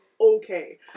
Okay